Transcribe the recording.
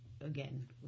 again